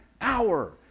hour